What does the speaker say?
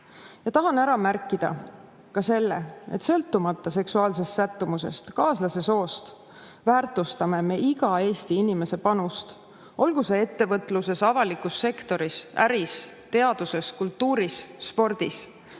olukord. Tahan ära märkida ka selle, et sõltumata seksuaalsest sättumusest, kaaslase soost väärtustame me iga Eesti inimese panust, olgu see ettevõtluses, avalikus sektoris, äris, teaduses, kultuuris või spordis.